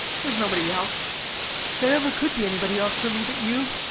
there was nobody else there never could be anybody else for me but you.